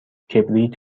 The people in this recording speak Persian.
کبریت